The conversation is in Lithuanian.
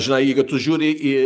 žinai jeigu tu žiūri į